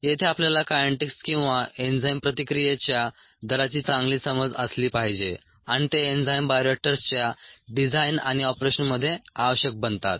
येथे आपल्याला कायनेटिक्स किंवा एन्झाईम प्रतिक्रियेच्या दराची चांगली समज असली पाहिजे आणि ते एन्झाईम बायोरिएक्टर्सच्या डिझाइन आणि ऑपरेशनमध्ये आवश्यक बनतात